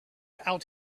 out